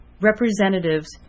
representatives